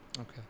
Okay